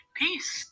peace